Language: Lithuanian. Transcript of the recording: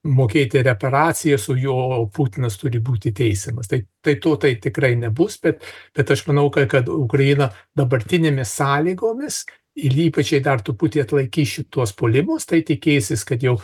mokėti reparacijas o jo putinas turi būti teisiamas tai tai to tai tikrai nebus bet bet aš manau kad ukraina dabartinėmis sąlygomis ir ypač jei dar truputį atlaikys šituos puolimus tai tikėsis kad jau